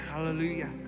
Hallelujah